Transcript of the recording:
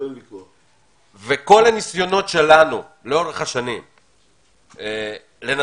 כל הניסיונות שלנו לאורך השנים לנסות